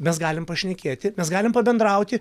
mes galim pašnekėti mes galim pabendrauti